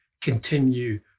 continue